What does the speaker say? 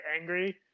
angry